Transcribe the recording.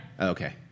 Okay